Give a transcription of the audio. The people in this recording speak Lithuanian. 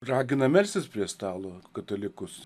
ragina melstis prie stalo katalikus